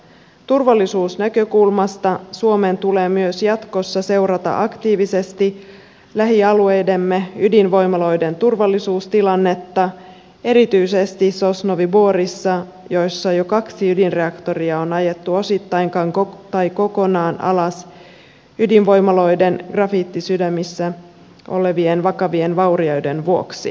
turvallisuusnäkökulmasta suomen tulee myös jatkossa seurata aktiivisesti lähialueidemme ydinvoimaloiden turvallisuustilannetta erityisesti sosnovyi borissa jossa jo kaksi ydinreaktoria on ajettu osittain tai kokonaan alas ydinvoimaloiden grafiittisydämissä olevien vakavien vaurioiden vuoksi